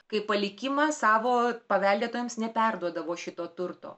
kaip palikimą savo paveldėtojams neperduodavo šito turto